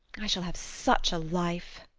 i shall have such a life!